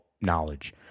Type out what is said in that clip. knowledge